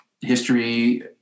history